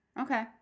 Okay